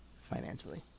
financially